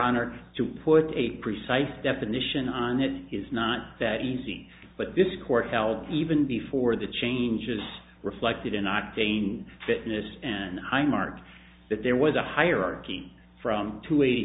honor to put a precise definition on it is not that easy but this court held even before the changes reflected in octane fitness and high marks that there was a hierarchy from two eighty